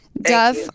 Duff